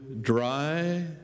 dry